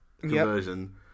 conversion